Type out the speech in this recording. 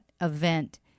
event